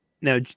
now